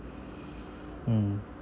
mm